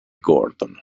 gordon